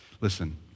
Listen